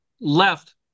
left